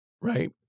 right